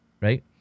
right